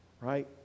right